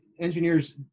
engineers